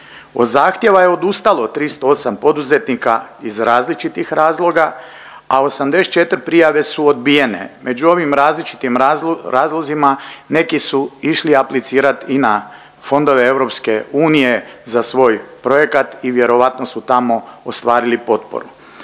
Od zahtjeva je odustalo 308 poduzetnika iz različitih razloga, a 84 prijave su odbijene. Među ovim različitim razlozima neki su išli aplicirat i na fondove EU za svoj projekat i vjerojatno su tamo ostvarili potporu.